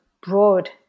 broad